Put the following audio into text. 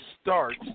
start